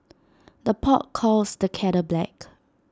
the pot calls the kettle black